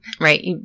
Right